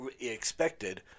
expected